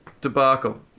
debacle